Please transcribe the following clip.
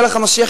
מלך המשיח,